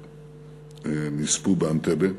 ולחטופים שנספו באנטבה,